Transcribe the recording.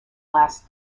last